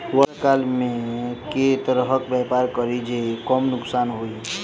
वर्षा काल मे केँ तरहक व्यापार करि जे कम नुकसान होइ?